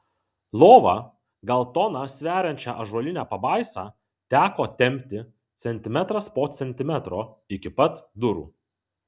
lova gal toną sveriančią ąžuolinę pabaisą teko tempti centimetras po centimetro iki pat durų